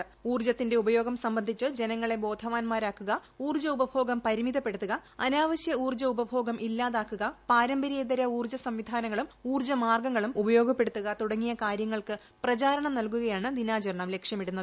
സംബന്ധിച്ച് ഊൌർജ്ജത്തിന്റെ ഉപയോഗം ജനങ്ങളെ ബോധവാന്മാരാക്കുക ഊർജ്ജ ഉപഭോഗം പരിമിതപ്പെടുത്തുക അനാവശ്യ ഊർജ്ജ ഉപഭോഗം ഇല്ലാതാക്കുക പാരമ്പര്യേതര ഊർജ്ജ സംവിധാനങ്ങളും ഊർജ്ജ മാർഗ്ഗങ്ങളും ഉപയോഗപ്പെടുത്തുക തുടങ്ങിയ കാര്യങ്ങൾക്ക് പ്രചാരണം നൽകുകയാണ് ദിനാചരണം ലക്ഷ്യമിടുന്നത്